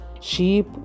Sheep